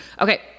Okay